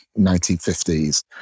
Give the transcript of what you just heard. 1950s